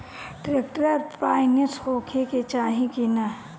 Tractor finance होखे के चाही कि ना?